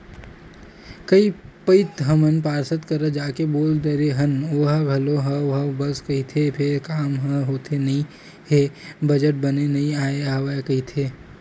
कई पइत हमन पार्षद करा जाके बोल डरे हन ओहा घलो हव हव बस कहिथे फेर काम ह होथे नइ हे बजट बने नइ आय हवय कहिथे